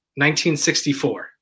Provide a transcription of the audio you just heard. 1964